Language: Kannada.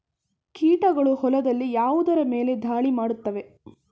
ಕೀಟಗಳು ಹೊಲದಲ್ಲಿ ಯಾವುದರ ಮೇಲೆ ಧಾಳಿ ಮಾಡುತ್ತವೆ?